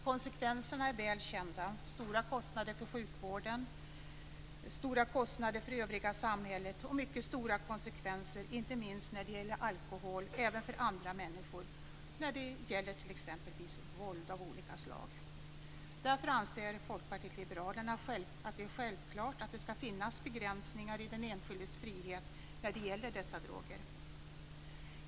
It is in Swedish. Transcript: Konsekvenserna är väl kända: stora kostnader för sjukvården, stora kostnader för övriga samhället och inte minst när det gäller alkohol mycket stora följdverkningar även för andra människor, exempelvis i form av våld av olika slag. Mot denna bakgrund anser Folkpartiet liberalerna att det är självklart att det ska finnas begränsningar i den enskildes frihet när det gäller dessa droger.